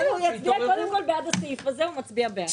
הוא יצביע קודם כל בעד הסעיף הזה, הוא יצביע בעד.